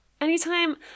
anytime